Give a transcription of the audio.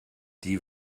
die